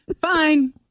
Fine